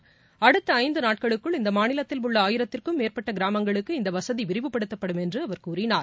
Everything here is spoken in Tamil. இது அடுத்தஐந்துநாட்களுக்குள் இந்தமாநிலத்தில் உள்ளஆயிரத்திற்கும் மேற்பட்டகிராமங்களுக்கு இந்தவசதிவிரிவுப்படுத்தப்படும் என்றுஅவர் கூறினார்